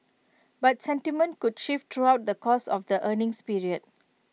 but sentiment could shift throughout the course of the earnings period